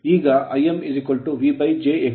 ಈಗ ImVj Xm